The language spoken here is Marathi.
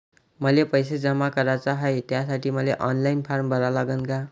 मले पैसे जमा कराच हाय, त्यासाठी मले ऑनलाईन फारम भरा लागन का?